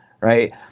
right